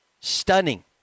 Stunning